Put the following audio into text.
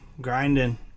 Grinding